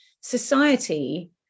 society